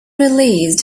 released